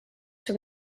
from